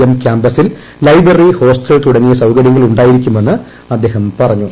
M ക്യാപസിൽ library ഫ്റോസ്റ്റ്ൽ തുടങ്ങിയ സൌകര്യങ്ങൾ ഉണ്ടായിരിക്കുമെന്ന് അദ്ദേഹം പറഞ്ഞു